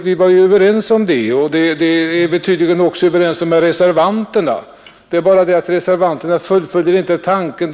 Vi var överens om detta, och vi är tydligen överens även med reservanterna. Det är bara den skillnaden att reservanterna inte fullföljer tanken.